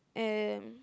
and